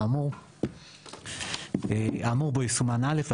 האמור בו יסומן "(א)",